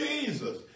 jesus